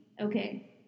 Okay